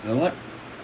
what